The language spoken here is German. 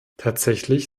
tatsächlich